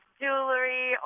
jewelry